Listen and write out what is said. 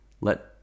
Let